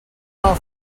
our